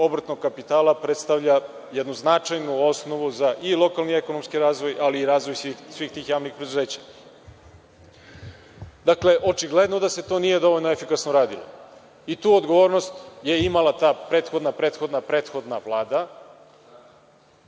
obrtnog kapitala, predstavlja jednu značajnu osnovu za i lokalni i ekonomski razvoj, ali i razvoj svih tih javnih preduzeća. Dakle, očigledno da se to nije dovoljno efikasno radilo. I tu odgovornost je imala ta prethodna, prethodna, prethodna vlada,